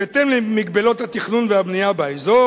בהתאם למגבלות התכנון והבנייה באזור